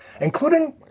Including